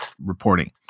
reporting